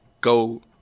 go